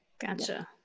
Gotcha